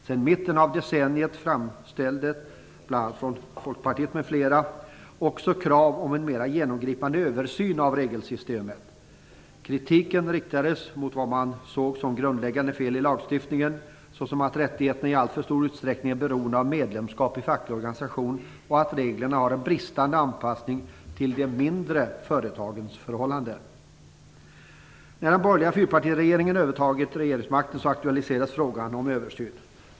Sedan mitten av decenniet framställde Folkpartiet m.fl. också krav på en mera genomgripande översyn av regelsystemet. Kritiken riktades mot vad man såg som grundläggande fel i lagstiftningen, såsom att rättigheterna i alltför stor utsträckning var beroende av medlemskap i en facklig organisation och att reglerna hade en bristande anpassning till de mindre företagens förhållanden. När den borgerliga fyrpartiregeringen hade övertagit regeringsmakten aktualiserades frågan om översynen.